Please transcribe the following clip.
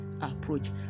approach